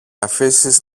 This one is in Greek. αφήσεις